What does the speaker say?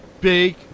big